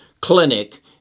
clinic